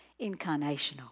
Incarnational